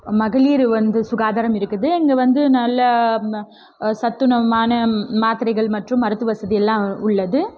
மகளிரு வந்து சுகாதாரம் இருக்குது இங்கே வந்து நல்ல ம சத்துணமான மாத்திரைகள் மற்றும் மருத்துவ வசதியெல்லாம் உள்ளது